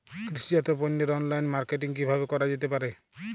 কৃষিজাত পণ্যের online marketing কিভাবে করা যেতে পারে?